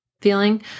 feeling